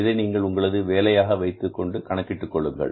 எனவே இதை நீங்கள் உங்களது வேலையாக வைத்து கணக்கிட்டுக் கொள்ளுங்கள்